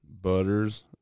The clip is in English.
Butters